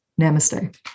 Namaste